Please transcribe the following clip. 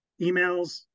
emails